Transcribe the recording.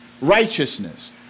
Righteousness